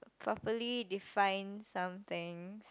properly define somethings